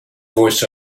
voice